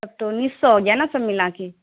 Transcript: تب تو انیس سو ہو گیا نا سب ملا کے